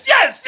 Yes